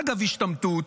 אגב השתמטות,